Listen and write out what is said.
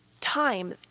time